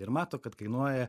ir mato kad kainuoja